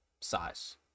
size